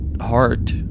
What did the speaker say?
heart